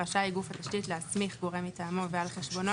רשאי גוף התשתית להסמיך גורם מטעמו ועל חשבונו,